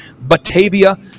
Batavia